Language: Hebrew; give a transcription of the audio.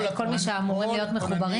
כל מי שאמורים להיות מחוברים?